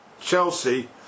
Chelsea